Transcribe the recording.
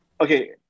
Okay